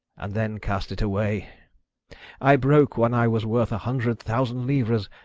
and then cast it away i broke when i was worth a hundred thousand livres,